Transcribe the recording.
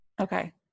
Okay